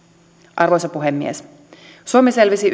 arvoisa puhemies suomi selvisi